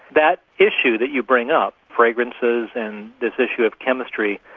that issue that you bring up, fragrances and this issue of chemistry,